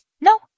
No